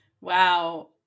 Wow